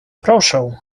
proszę